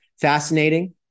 fascinating